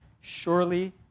Surely